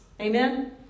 Amen